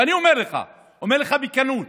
ואני אומר לך, אומר לך בכנות,